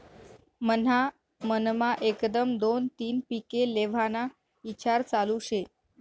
मन्हा मनमा एकदम दोन तीन पिके लेव्हाना ईचार चालू शे